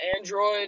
android